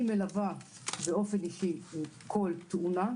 אני מלווה באופן אישי כל תאונה,